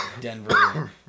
Denver